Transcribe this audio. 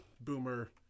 Boomer